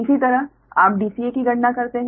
इसी तरह आप dca की गणना करते हैं